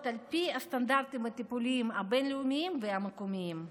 על פי הסטנדרטים הטיפוליים הבין-לאומיים והמקומיים.